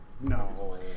No